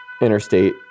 interstate